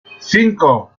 cinco